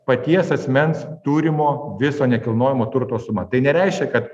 paties asmens turimo viso nekilnojamo turto suma tai nereiškia kad